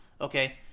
okay